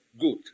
good